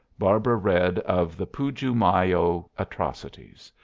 barbara read of the puju mayo atrocities,